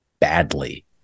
badly